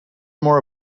more